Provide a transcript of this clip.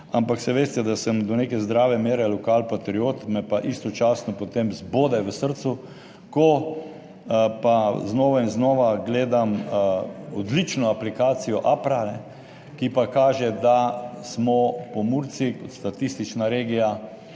ampak saj veste, da sem do neke zdrave mere lokalpatriot, me pa istočasno potem zbode v srcu, ko pa znova in znova gledam odlično aplikacijo Apra, ki pa kaže, da smo Pomurci kot statistična regija